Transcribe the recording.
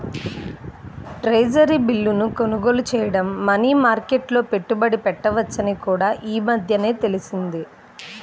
treasury బిల్లును కొనుగోలు చేయడం మనీ మార్కెట్లో పెట్టుబడి పెట్టవచ్చని కూడా ఈ మధ్యనే తెలిసింది